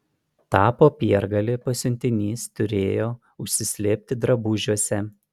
tą popiergalį pasiuntinys turėjo užsislėpti drabužiuose